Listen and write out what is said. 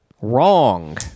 Wrong